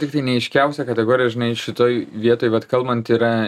tiktai neaiškiausia kategorija žinai šitoj vietoj vat kalbant yra